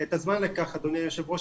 את הזמן לכך אדוני היושב ראש,